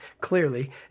clearly